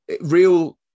real